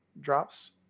drops